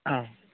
औ